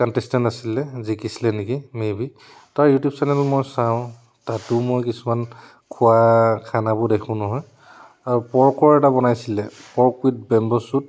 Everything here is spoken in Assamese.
কণটেচটেণ্ট আছিলে জিকিছিলে নেকি মে'বি তাৰ ইউটিউব চেনেল মই চাওঁ তাতো মই কিছুমান খোৱা খানাবোৰ দেখোঁ নহয় আৰু পৰ্কৰ এটা বনাইছিলে পৰ্ক উইথ বেম্ব' চুট